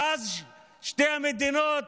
ואז שתי המדינות